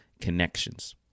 connections